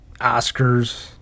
Oscars